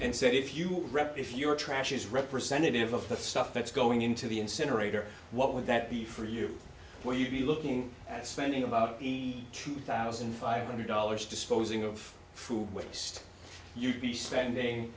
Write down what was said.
and see if you read if your trash is representative of the stuff that's going into the incinerator what would that be for you where you'd be looking at spending about the two thousand five hundred dollars disposing of food waste you'd be spending